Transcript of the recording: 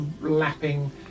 lapping